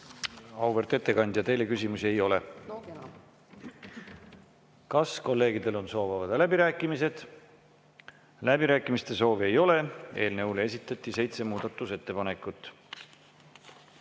Auväärt ettekandja, teile küsimusi ei ole. No kena. Kas kolleegidel on soov avada läbirääkimised? Läbirääkimiste soovi ei ole. Eelnõu kohta esitati seitse muudatusettepanekut.